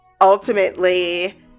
ultimately